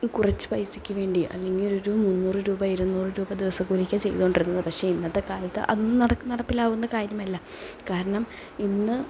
കുറച്ച് പൈസയ്ക്കുവേണ്ടി അല്ലെങ്കിൽ ഒരു മുന്നൂറുരൂപ ഇരുന്നൂറുരൂപ ദിവസക്കൂലിക്ക് ചെയ്തുകൊണ്ടിരുന്നത് പക്ഷെ ഇന്നത്തെക്കാലത്ത് അതൊന്നും നടപ്പിലാകുന്ന കാര്യമല്ല കാരണം ഇന്ന്